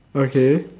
okay